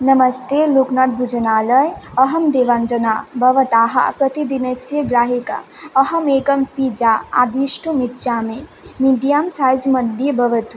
नमस्ते लोकनाथभोजनालय अहं देवाञ्जना भवतः प्रतिदिनस्य ग्राहिका अहम् एकं पिज्जा आदेष्टुम् इच्छामि मिड्यं सैज़् मध्ये भवतु